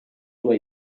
sua